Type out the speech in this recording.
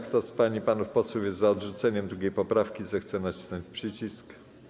Kto z pań i panów posłów jest za odrzuceniem 2. poprawki, zechce nacisnąć przycisk.